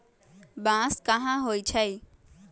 बांस कहाँ होई छई